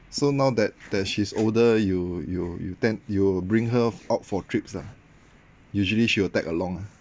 so now that that she's older you you you tend you bring her out for trips lah usually she will tag along